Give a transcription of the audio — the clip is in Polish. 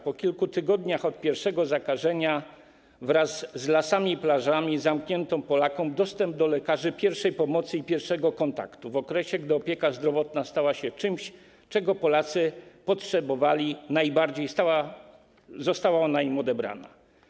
Po kilku tygodniach od pierwszego zakażenia wraz z lasami i plażami zamknięto Polakom dostęp do lekarzy pierwszej pomocy i pierwszego kontaktu w okresie, gdy opieka zdrowotna stała się czymś, czego Polacy potrzebowali najbardziej, została ona im odebrana.